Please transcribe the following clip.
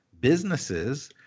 businesses